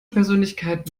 persönlichkeit